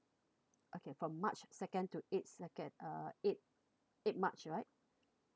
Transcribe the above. okay from march second to eight second uh eight eight march right